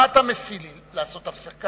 איזו עצה אתה משיא לי, לעשות הפסקה,